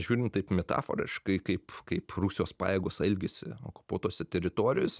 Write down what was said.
žiūrint taip metaforiškai kaip kaip rusijos pajėgos elgiasi okupuotose teritorijose